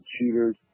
shooters